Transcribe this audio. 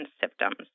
symptoms